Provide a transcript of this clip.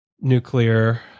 nuclear